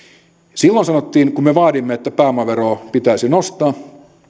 silloin kun me vaadimme että pääomaveroa pitäisi nostaa